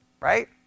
Right